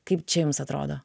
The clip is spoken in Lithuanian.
kaip čia jums atrodo